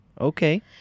Okay